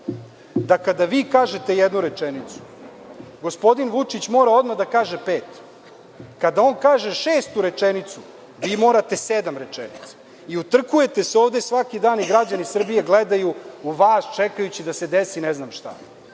da kada vi kažete jednu rečenicu gospodin Vučić mora odmah da kaže pet? Kada on kaže šestu rečenicu, vi morate sedam rečenica i utrkujete se ovde svaki dan i građani Srbije gledaju u vas čekajući da se desi ne znam šta.U